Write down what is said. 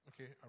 Okay